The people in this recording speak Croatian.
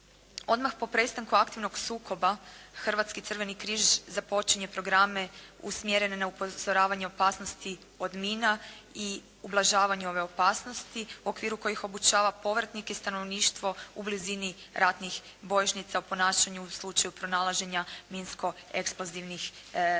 Odmah po prestanku aktivnog sukoba, Hrvatski crveni križ započinje programe usmjerene na upozoravanje opasnosti od mina i ublažavanju ove opasnosti, u okviru kojih obučava povratnike i stanovništvo u blizini ratnih bojišnica, o ponašanju u slučaju pronalaženja minsko eksplozivnih sredstava.